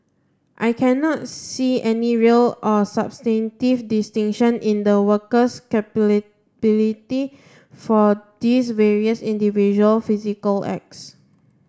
I cannot see any real or substantive distinction in the worker's for these various individual physical acts